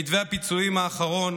במתווה הפיצויים האחרון,